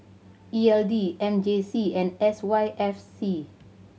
E L D M J C and S Y F C